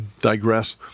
digress